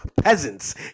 peasants